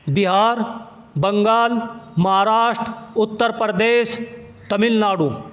Bihar Bengal Maharashtra Uttar Pradesh Tamil Nadu